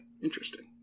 Interesting